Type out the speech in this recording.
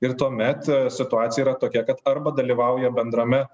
ir tuomet situacija yra tokia kad arba dalyvauja bendrame